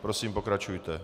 Prosím, pokračujte.